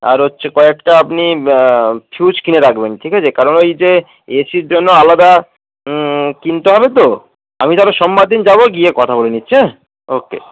আর হচ্ছে কয়েকটা আপনি ফিউজ কিনে রাখবেন ঠিক আছে কারণ ওই যে এসির জন্য আলাদা কিনতে হবে তো আমি তাহলে সোমবার দিন যাবো গিয়ে কথা বলে নিচ্ছি হ্যাঁ ওকে